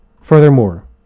Furthermore